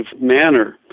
manner